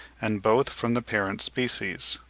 and both from the parent species.